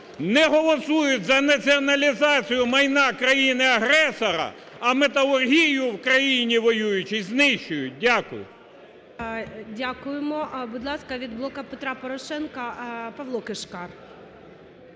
Не голосують за націоналізацію майна країни-агресора, а металургію в країні воюючій знищують. Дякую. ГОЛОВУЮЧИЙ. Дякуємо. Будь ласка, від "Блоку Петра Порошенка" Павло Кишкар.